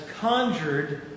conjured